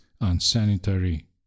unsanitary